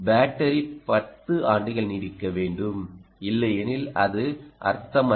battery 10 ஆண்டுகள் நீடிக்க வேண்டும் இல்லையெனில் அது அர்த்தமல்ல